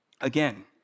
Again